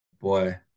boy